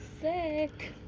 Sick